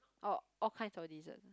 orh all kinds of dessert